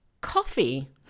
Coffee